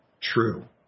true